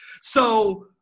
So-